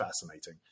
fascinating